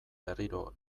berriro